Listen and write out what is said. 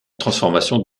transformation